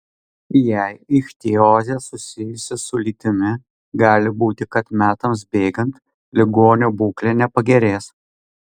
jei ichtiozė susijusi su lytimi gali būti kad metams bėgant ligonio būklė nepagerės